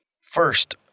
First